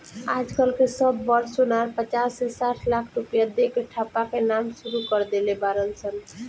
आज कल के सब बड़ सोनार पचास से साठ लाख रुपया दे के ठप्पा के काम सुरू कर देले बाड़ सन